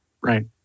Right